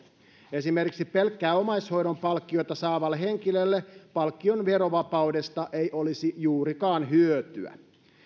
esimerkiksi pelkkää omaishoidon palkkiota saavalle henkilölle palkkion verovapaudesta ei olisi juurikaan hyötyä